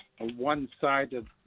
one-sided